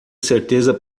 certeza